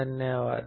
धन्यवाद